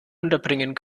unterbringen